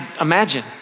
imagine